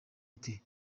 iti